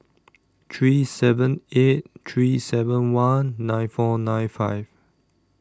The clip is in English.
three seven eight three seven one nine four nine five